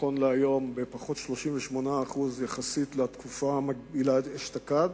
נכון להיום 38% פחות יחסית לתקופה המקבילה אשתקד,